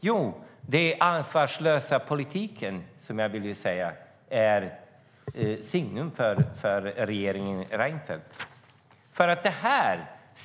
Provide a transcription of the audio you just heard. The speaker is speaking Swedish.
Jo, jag ville säga att den ansvarslösa politiken var ett signum för regeringen Reinfeldt.